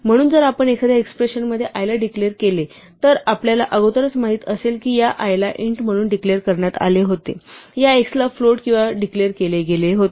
म्हणून जर आपण एखाद्या एक्स्प्रेशन मध्ये i ला डिक्लेर केले तर आपल्याला अगोदरच माहित असेल की या i ला int म्हणून डिक्लेर करण्यात आले होते या x ला फ्लोट वगैरे डिक्लेर केले गेले होते